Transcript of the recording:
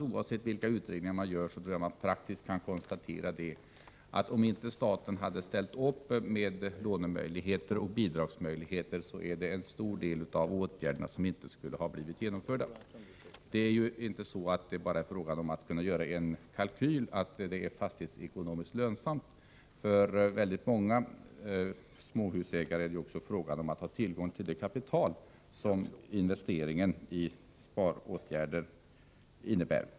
Oavsett vilka utredningar som görs tror jag att man kan konstatera, att om staten inte hade ställt upp med låneoch bidragsmöjligheter skulle en stor del av åtgärderna inte ha blivit genomförda. Det är inte bara fråga om att kunna göra en kalkyl över om åtgärder är fastighetsekonomiskt lönsamma. För många småhusägare är det också fråga om att ha tillgång till det kapital som investeringen i sparåtgärder innebär.